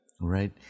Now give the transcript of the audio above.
Right